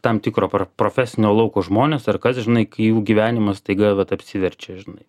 tam tikro pro profesinio lauko žmonės ir kada tu žinai kai jų gyvenimas staiga vat apsiverčia žinai